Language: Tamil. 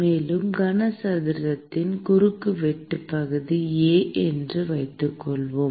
மேலும் கனசதுரத்தின் குறுக்குவெட்டு பகுதி A என்று வைத்துக்கொள்வோம்